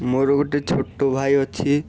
ମୋର ଗୋଟେ ଛୋଟ ଭାଇ ଅଛି